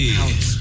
out